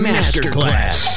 Masterclass